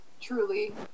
truly